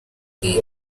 bwite